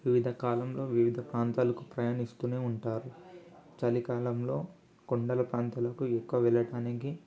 వివిధ కాలంలో వివిధ ప్రాంతాలకు ప్రయాణిస్తూనే ఉంటారు చలికాలంలో కొండల ప్రాంతాలకు ఎక్కువ వెళ్ళటానికి